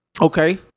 Okay